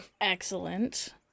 Excellent